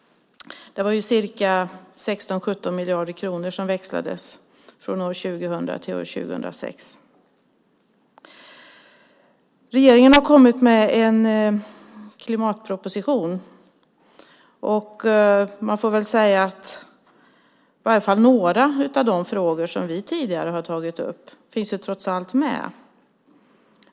Det var ca 16-17 miljarder kronor som växlades från år 2000 till år 2006. Regeringen har kommit med en klimatproposition, och man får väl säga att i varje fall några av de frågor som vi tidigare har tagit upp trots allt finns med.